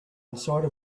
inside